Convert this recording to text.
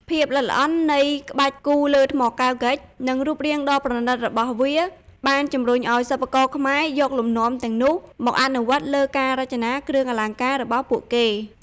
ភាពល្អិតល្អន់នៃក្បាច់គូរលើថ្មកែវ (ហ្គិច) និងរូបរាងដ៏ប្រណិតរបស់វា បានជម្រុញឱ្យសិប្បករខ្មែរយកលំនាំទាំងនោះមកអនុវត្តលើការរចនាគ្រឿងអលង្ការរបស់ពួកគេ។